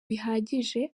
bihagije